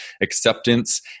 acceptance